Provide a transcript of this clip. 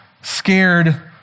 scared